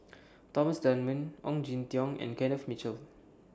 Thomas Dunman Ong Jin Teong and Kenneth Mitchell